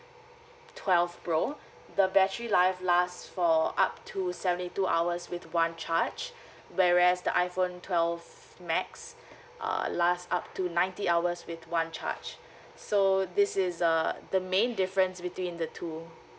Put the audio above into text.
twelve pro the battery life last for up two seventy two hours with one charge whereas the iphone twelve max uh last up to ninety hours with one charge so this is the the main difference between the two